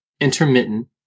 intermittent